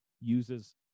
uses